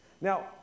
Now